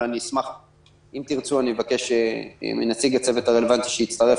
אבל אם תרצו אני אבקש מנציג הצוות הרלוונטי שיצטרף